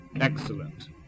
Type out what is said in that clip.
Excellent